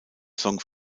song